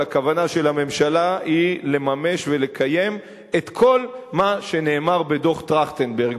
אבל הכוונה של הממשלה היא לממש ולקיים את כל מה שנאמר בדוח-טרכטנברג,